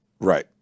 Right